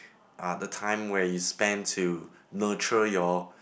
are the time where is spend to nurture your